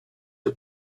are